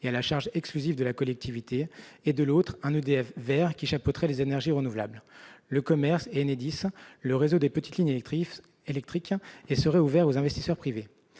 et à la charge exclusive de la collectivité ; de l'autre, un « EDF Vert », qui chapeauterait les énergies renouvelables, le commerce, Enedis et le réseau des petites lignes électriques et serait ouvert aux investisseurs privés.